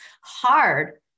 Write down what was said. hard